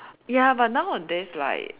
ya but nowadays like